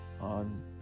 on